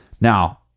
Now